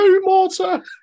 mortar